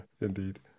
indeed